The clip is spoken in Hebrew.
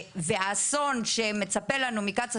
והאסון שמצפה לנו מקצא"א,